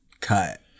cut